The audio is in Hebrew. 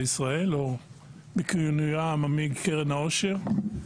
ישראל או בכינוייה העממי 'קרן העושר'.